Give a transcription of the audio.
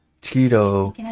Tito